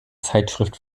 zeitschrift